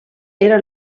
era